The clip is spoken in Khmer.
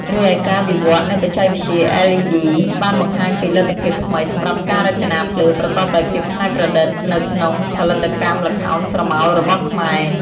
រីឯការវិវត្តន៍នៃបច្ចេកវិទ្យា LED បានបង្ហាញពីលទ្ធភាពថ្មីសម្រាប់ការរចនាភ្លើងប្រកបដោយភាពច្នៃប្រឌិតនៅក្នុងផលិតកម្មល្ខោនស្រមោលរបស់ខ្មែរ។